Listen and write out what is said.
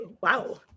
Wow